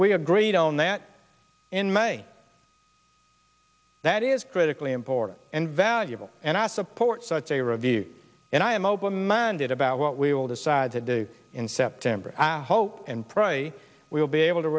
we agreed on that in may that is critically important and valuable and i support such a review and i am open minded about what we will decide to do in september i hope and pray we will be able to